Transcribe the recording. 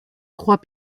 trois